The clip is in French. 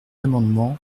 amendement